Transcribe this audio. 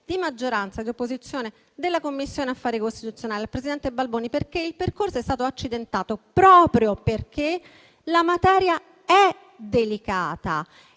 di maggioranza e di opposizione della Commissione affari costituzionali e al presidente Balboni. Il percorso è stato accidentato proprio perché la materia è delicata